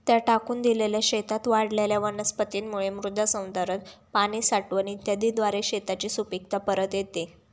त्या टाकून दिलेल्या शेतात वाढलेल्या वनस्पतींमुळे मृदसंधारण, पाणी साठवण इत्यादीद्वारे शेताची सुपीकता परत येते